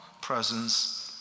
presence